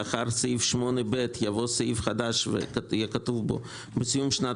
לאחר סעיף 8ב יבוא סעיף חדש ויהיה כתוב בו: בסיום שנת